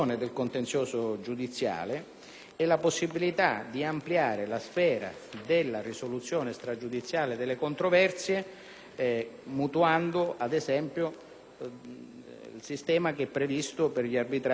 e la possibilità di ampliare la sfera della risoluzione extragiudiziale delle controversie, mutuando, ad esempio, il sistema previsto per gli arbitrati nel giudizio del lavoro.